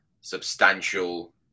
substantial